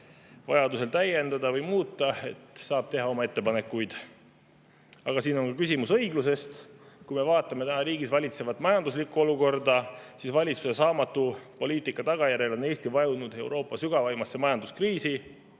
saab seda teemat edasi arutada, saab teha ettepanekuid. Aga siin on küsimus õiglusest. Vaatame riigis valitsevat majanduslikku olukorda. Valitsuse saamatu poliitika tagajärjel on Eesti vajunud Euroopa sügavaimasse majanduskriisi: